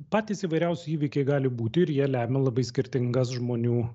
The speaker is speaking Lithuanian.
patys įvairiausi įvykiai gali būti ir jie lemia labai skirtingas žmonių